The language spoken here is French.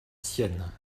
sienne